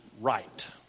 right